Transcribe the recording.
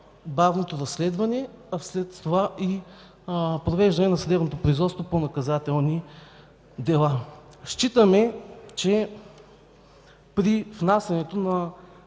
бавното разследване, а след това и провеждане на съдебното производство по наказателни дела. Считаме, че при внасянето на